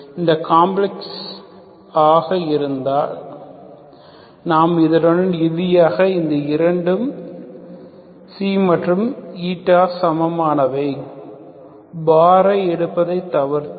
இது காம்ப்ளக்ஸ் ஆக இருந்தார் நாம் இதனுடன் இறுதியாக இந்த இரண்டும் மற்றும் சமமானவைபார் ஐ எடுப்பதை தவிர்த்து